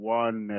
one